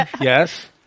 yes